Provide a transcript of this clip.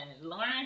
Lauren